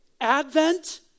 Advent